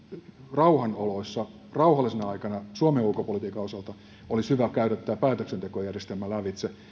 rauhan oloissa rauhallisena aikana suomen ulkopolitiikan osalta olisi hyvä käydä tämä päätöksentekojärjestelmä lävitse